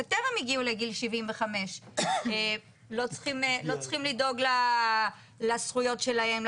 שטרם הגיעו לגיל 75. לא צריכים לדאוג לזכויות שלהם,